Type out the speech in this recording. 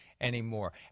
anymore